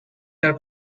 her